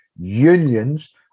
unions